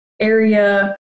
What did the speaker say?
area